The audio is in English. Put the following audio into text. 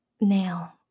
nail